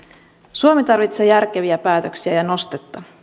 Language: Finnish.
suomi tarvitsee järkeviä päätöksiä ja ja nostetta